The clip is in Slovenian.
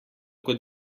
kot